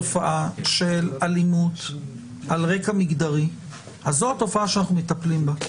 אם יש לנו תופעה של אלימות על רקע מגדרי אז זו התופעה שאנחנו מטפלים בה.